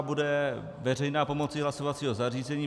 Bude veřejná pomocí hlasovacího zařízení.